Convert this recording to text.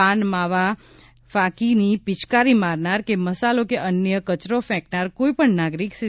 પાન માવા ફાકીની પિચકારી મારનાર કે મસાલો કે અન્ય કચરો ફેકનાર કોઇ પણ નાગરીક સી